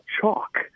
chalk